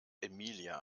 emilia